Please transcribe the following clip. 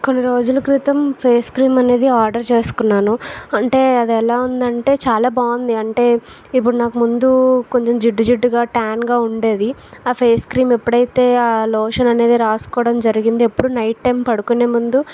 కొన్ని రోజుల క్రితం ఫేస్ క్రీమ్ అనేది ఆర్డర్ చేసుకున్నాను అంటే అది ఎలా ఉందంటే చాలా బాగుంది అంటే ఇప్పుడు నాకు ముందు కొంచెం జిడ్డు జిడ్డుగా టాన్ గా ఉండేది ఆ ఫేస్ క్రీమ్ ఎప్పుడైతే ఆ లోషన్ అనేది రాసుకోవడం జరిగింది ఎప్పుడు నైట్ టైం పడుకునే ముందు